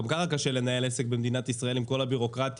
גם ככה קשה לנהל עסק במדינת ישראל עם כל הביורוקרטיה,